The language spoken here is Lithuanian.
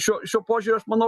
šiuo šiuo požiūriu aš manau